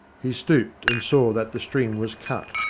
he stooped, and saw that the string was cut.